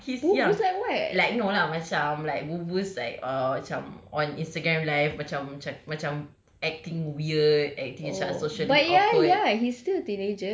kau faham tak he's young like no lah macam like booboos like err macam on Instagram live macam macam macam acting weird acting macam socially awkward